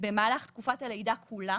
במהלך תקופת הלידה כולה